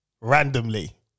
randomly